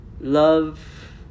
love